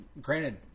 granted